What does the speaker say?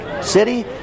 city